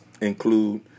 include